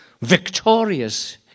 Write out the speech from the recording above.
victorious